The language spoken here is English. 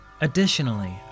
Additionally